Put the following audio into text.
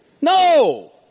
No